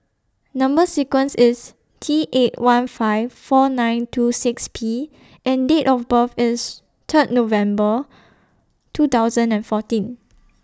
Number sequence IS T eight one five four nine two six P and Date of birth IS Third November two thousand and fourteen